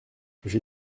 j’ai